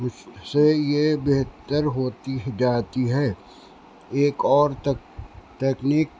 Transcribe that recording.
مجھ سے یہ بہتر ہوتی جاتی ہے ایک اور تکنیک